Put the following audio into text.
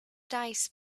dice